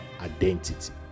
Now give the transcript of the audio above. identity